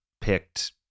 picked